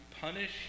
punish